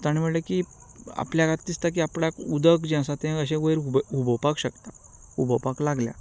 ताणें म्हणलें की आपल्याक आतां दिसता की आपल्याक उदक जें आसा अशें वयर उ हुबोवपाक शकता उबोपाक लागलां